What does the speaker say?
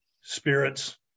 spirits